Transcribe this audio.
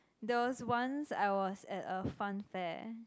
there was once I was at a funfair